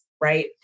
right